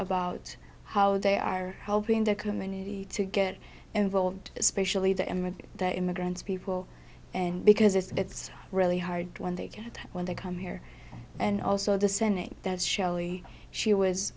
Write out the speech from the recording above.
about how they are helping the community to get involved especially the image that immigrants people and because it's it's really hard when they can when they come here and also the senate that's shelly she was